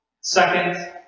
Second